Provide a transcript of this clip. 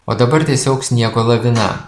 o dabar tiesiog sniego lavina